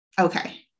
Okay